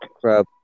Crap